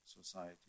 society